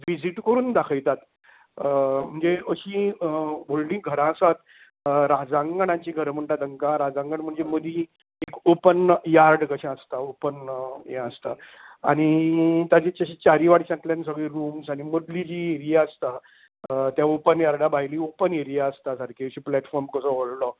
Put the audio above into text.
visit करून दाखयतात म्हणजे अशीं व्हडलीं घरां आसात राज आंगणाची घरां म्हणटात तांकां राज आंगण म्हणजे मदीं एक ऑपन यार्ड कशें आसता ऑपन हें आसता आनी ताचे चारूय वाटेंतल्यानन सगळें रूम्स आनी मदली जी एरिया आसता तें ऑपन एरा भायली ऑपन एरेिया आसता सारकी अशी प्लॅटफॉर्म कसो व्हडलो